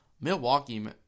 Milwaukee